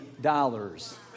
dollars